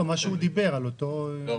לא, מה שהוא דיבר, על אותו --- לא.